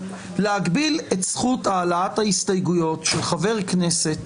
להגביל את זכות העלאת ההסתייגויות של חבר כנסת,